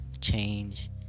change